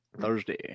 Thursday